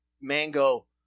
mango